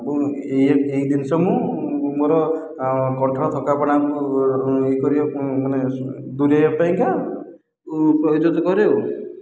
ଏବଂ ଏହି ଏହି ଜିନିଷ ମୁଁ ମୋର କଣ୍ଠର ଥକାପଣାକୁ ଇଏ କରିବା ମାନେ ଦୁରେଇବା ପାଇଁକା ପ୍ରୟୋଜନ କରେ ଆଉ